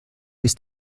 ist